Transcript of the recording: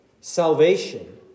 salvation